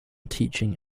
teaching